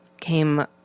came